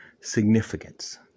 significance